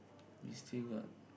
we still got